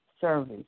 service